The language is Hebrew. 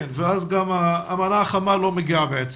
ואז גם המנה החמה לא מגיעה בעצם.